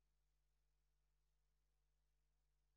הכנסת